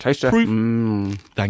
proof